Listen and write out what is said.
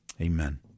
Amen